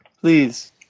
please